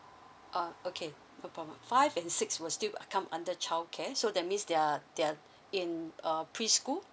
uh okay five and six will still come under childcare so that means they're they're in uh pre school